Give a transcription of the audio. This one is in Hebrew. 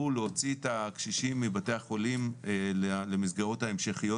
להוציא את הקשישים מבתי החולים למסגרות ההמשכיות.